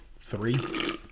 three